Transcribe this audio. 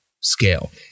scale